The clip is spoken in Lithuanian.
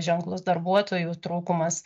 ženklus darbuotojų trūkumas